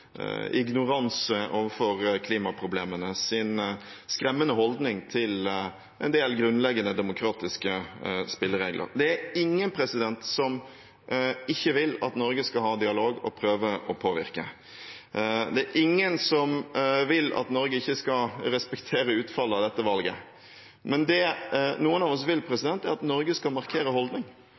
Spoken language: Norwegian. ignoranse overfor klimaproblemene og dens skremmende holdning til en del grunnleggende demokratiske spilleregler. Det er ingen som ikke vil at Norge skal ha dialog og prøve å påvirke. Det er ingen som vil at Norge ikke skal respektere utfallet av dette valget. Men det noen av oss vil, er at Norge skal markere en holdning,